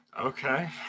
Okay